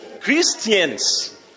Christians